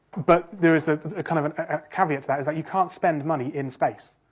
but there is kind of a caveat to that, is that you can't spend money in space.